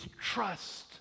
trust